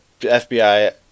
FBI